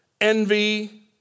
envy